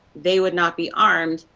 they would not be arms,